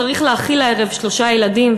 צריך להאכיל הערב שלושה ילדים,